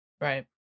Right